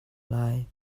lai